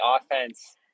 offense